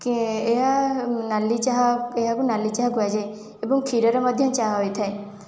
କେ ଏହା ନାଲି ଚାହା ଏହାକୁ ନାଲି ଚାହା କୁହାଯାଏ ଏବଂ କ୍ଷୀରରେ ମଧ୍ୟ ଚାହା ହୋଇଥାଏ